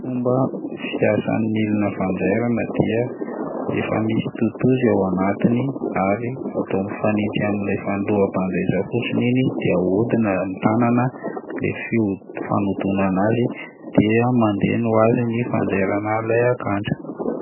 Fomba fiasan'ny milina fanjairana dia: efa misy totozy ao anatiny ary atao mifanitsy amin'ilay fa- ny loham-panjaitra fotsiny iny dia ahodina amin'ny tanana le fiho- fanodonana azy dia mandeha ny- ho azy ny fanjairana ilay akanjo.